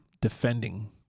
defending